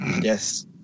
Yes